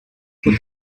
put